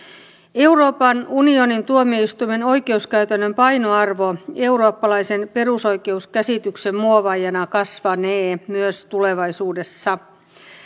euroopan unionin tuomioistuimen oikeuskäytännön painoarvo eurooppalaisen perusoikeuskäsityksen muovaajana kasvanee myös tulevaisuudessa